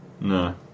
No